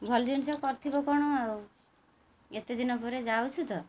ଭଲ ଜିନିଷ କରିଥିବ କ'ଣ ଆଉ ଏତେ ଦିନ ପରେ ଯାଉଛୁ ତ